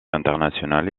internationale